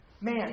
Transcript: Man